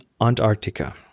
Antarctica